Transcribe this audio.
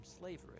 slavery